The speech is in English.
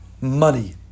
Money